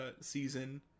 Season